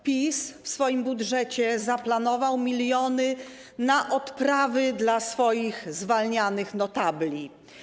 PiS w swoim budżecie zaplanował miliony na odprawy dla swoich zwalnianych notabli.